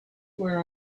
where